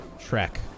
trek